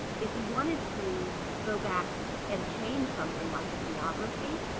if you wanted to go back and change something like a geography,